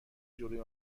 جلوی